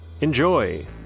enjoy